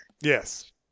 Yes